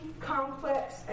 complex